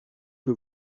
que